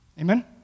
Amen